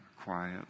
quiet